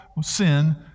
sin